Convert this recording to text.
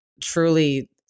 truly